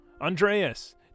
Andreas